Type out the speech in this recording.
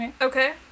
Okay